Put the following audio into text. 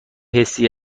حسی